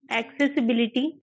accessibility